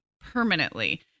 permanently